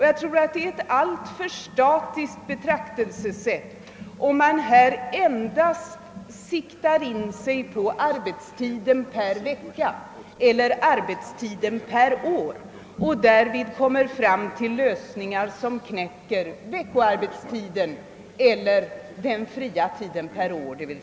Jag tror att det är ett alltför statiskt betraktelsesätt om man här endast tar sikte på arbetstiden per vecka eller per år.